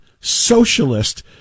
socialist